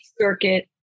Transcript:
circuit